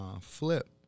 flip